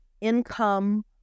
income